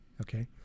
Okay